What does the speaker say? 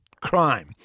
crime